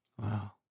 Wow